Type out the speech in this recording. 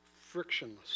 frictionless